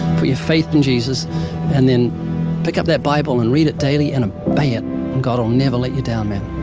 put your faith in jesus and then pick up that bible and read it daily and obey it and god'll never let you down, man.